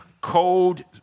cold